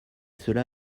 cela